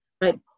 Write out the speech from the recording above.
right